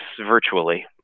virtually